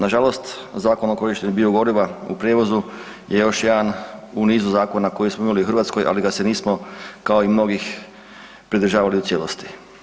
Nažalost, Zakon o korištenju biogoriva u prijevozu je još jedan u nizu zakona koje smo imali u Hrvatskoj, ali ga se nismo kao i mnogih pridržavali u cijelosti.